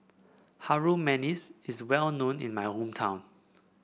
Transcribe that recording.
Harum Manis is well known in my hometown